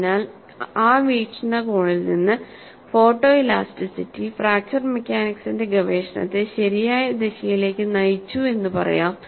അതിനാൽ ആ വീക്ഷണകോണിൽ നിന്ന് ഫോട്ടോ ഇലാസ്റ്റിറ്റി ഫ്രാക്ച്ചർ മെക്കാനിക്സിന്റെ ഗവേഷണത്തെ ശരിയായ ദിശയിലേക്ക് നയിച്ചു എന്ന് പറയാം